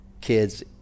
kids